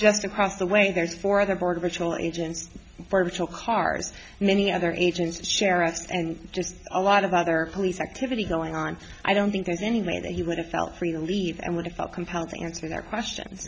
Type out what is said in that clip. just across the way there's four other border patrol agents virtual cars and many other agents sheriffs and just a lot of other police activity going on i don't think there's any way that he would have felt free to leave and we felt compelled to answer their questions